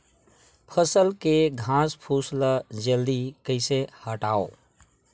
फसल के घासफुस ल जल्दी कइसे हटाव?